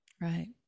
Right